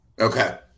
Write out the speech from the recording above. okay